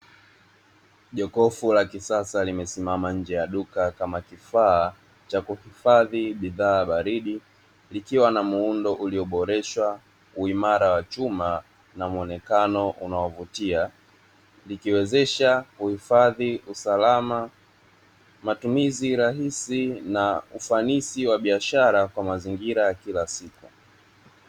Jokofu la kisasa limesimama nje ya duka kama kifaa cha kuhifadhi bidhaa baridi, likiwa na muundo ulio boreshwa, uimara wa chuma na muonekano unaovitia; likiwezesha uhifadhi, usalama, matumizi rahisi na ufanisi wa biashara kwa mazingira ya kila siku.